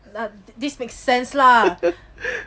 and that this makes sense lah